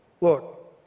Look